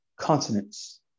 consonants